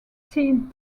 teen